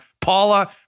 Paula